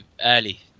early